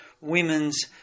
women's